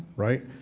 right?